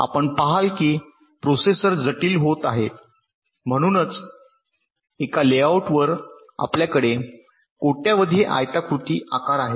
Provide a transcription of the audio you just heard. आपण पहाल की प्रोसेसर जटिल होत आहेत म्हणूनच एका लेआउटवर आपल्याकडे कोट्यावधी आयताकृती आकार आहेत